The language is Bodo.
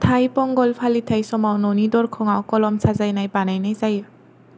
थाई पंगल फालिथाय समाव न'नि दरखङाव कलम साजायनाय बानायनाय जायो